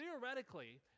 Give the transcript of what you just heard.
theoretically